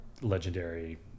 legendary